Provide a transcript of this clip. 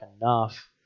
enough